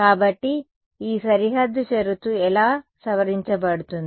కాబట్టి ఈ సరిహద్దు షరతు ఎలా సవరించబడుతుంది